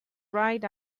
right